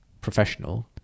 professional